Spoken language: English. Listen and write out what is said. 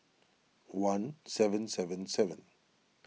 one seven seven seven